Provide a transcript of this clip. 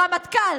רמטכ"ל?